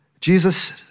Jesus